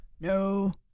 no